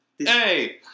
Hey